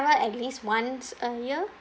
at least once a year